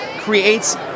creates